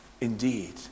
Indeed